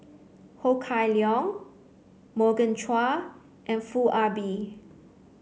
Ho Kah Leong Morgan Chua and Foo Ah Bee